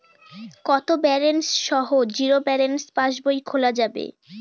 কত ব্যালেন্স সহ zero balance পাসবই খোলা যাবে?